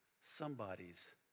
somebody's